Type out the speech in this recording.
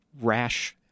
rash